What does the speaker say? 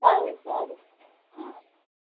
સારું સારું હા